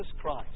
Christ